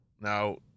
Now